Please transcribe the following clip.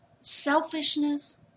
selfishness